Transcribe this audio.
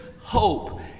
hope